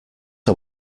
are